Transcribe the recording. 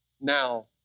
now